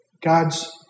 God's